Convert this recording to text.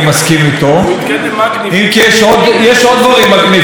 זה שממנה שופטים מגניב מישהי בביקורת הגבולות,